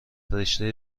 رشته